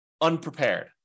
unprepared